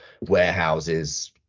warehouses